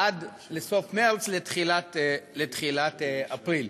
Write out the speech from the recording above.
עד סוף מרס, לתחילת אפריל.